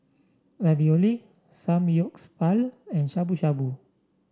Ravioli Samgyeopsal and Shabu Shabu